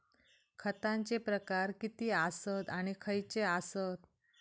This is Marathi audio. खतांचे प्रकार किती आसत आणि खैचे आसत?